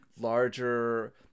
larger